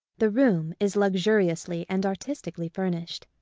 the room is luxuriously and artistically furnished.